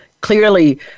Clearly